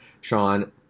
Sean